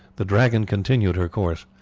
the dragon continued her course.